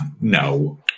no